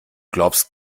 glaubst